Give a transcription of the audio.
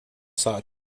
sought